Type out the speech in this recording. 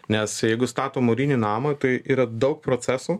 nes jeigu stato mūrinį namą tai yra daug procesų